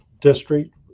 district